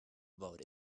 about